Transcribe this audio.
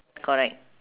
correct